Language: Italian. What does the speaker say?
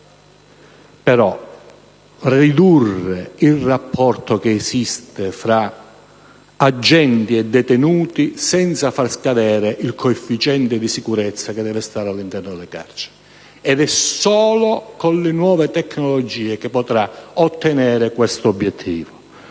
però, ridurre il rapporto che esiste fra agenti e detenuti, senza fare scadere il coefficiente di sicurezza che deve esistere all'interno delle carceri. Ed è solo con le nuove tecnologie che potrà ottenere questo obiettivo.